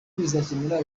bizakemura